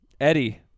Eddie